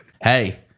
hey